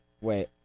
Wait